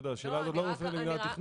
היא לא מופנית למינהל התכנון.